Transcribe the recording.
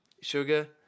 sugar